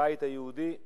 הבית היהודי,